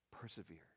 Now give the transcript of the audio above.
persevere